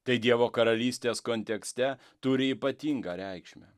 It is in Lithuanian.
tai dievo karalystės kontekste turi ypatingą reikšmę